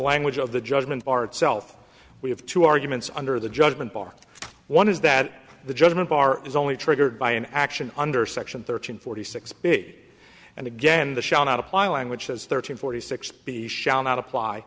language of the judgment part self we have two arguments under the judgment bar one is that the judgment bar is only triggered by an action under section thirteen forty six big and again the shall not apply language has thirteen forty six b shall not apply